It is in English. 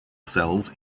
cells